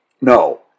No